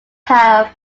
half